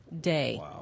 day